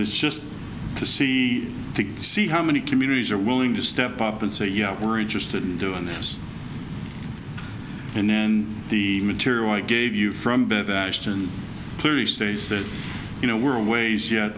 it's just to see to see how many communities are willing to step up and say yeah we're interested in doing this and the material i gave you from clearly states that you know we're always